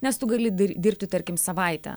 nes tu gali dir dirbti tarkim savaitę